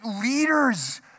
leaders